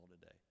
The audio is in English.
today